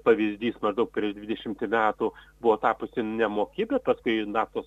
pavyzdys maždaug prieš dvidešimtį metų buvo tapusi nemoki bet paskui naftos